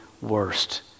worst